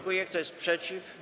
Kto jest przeciw?